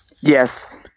Yes